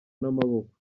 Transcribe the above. n’amaboko